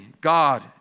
God